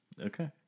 Okay